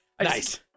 nice